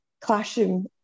classroom